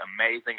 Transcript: amazing